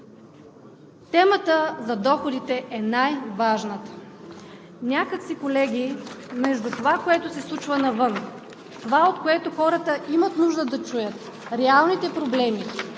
Темата за доходите е най-важната. Колеги, от това, което се случва навън, това, което хората имат нужда да чуят за реалните проблеми,